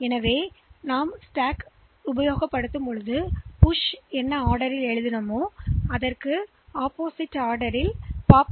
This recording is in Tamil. எனவே நீங்கள் ஒரு வரிசையில் தள்ளுகிறீர்கள் மீட்டெடுக்கும் போதுமற்ற அசல் தகவலைத் திரும்பப் பெறவரிசையில் மீட்டெடுக்கலாம்